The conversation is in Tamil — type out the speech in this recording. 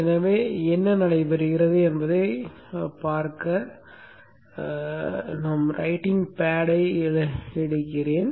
எனவே என்ன நடக்கிறது என்பதைப் பார்க்க ரைட்டிங் பேடை எடுத்துக்கொள்கிறேன்